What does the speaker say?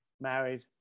married